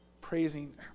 praising